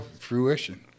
fruition